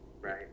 Right